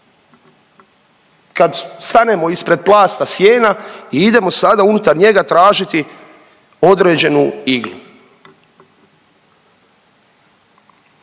kad stanemo ispred plasta sjena i idemo sada unutar njega tražiti određenu iglu,